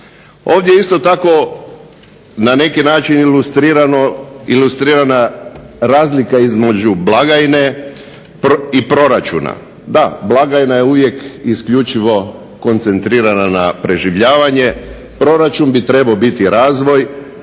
Ovdje isto tako na neki način ilustrirana razlika između blagajne i proračuna. Da, blagajna je uvijek isključivo koncentrirana na preživljavanje. Proračun bi trebao biti razvoj,